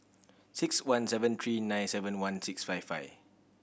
six one seven three nine seven one six five five